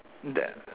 the